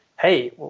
Hey